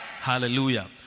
hallelujah